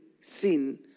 sin